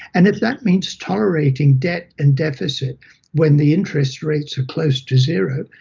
and if that means tolerating debt and deficit when the interest rates are close to zero,